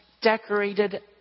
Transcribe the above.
decorated